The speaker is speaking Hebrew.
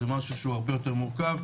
זה משהו שהוא הרבה יותר מורכב,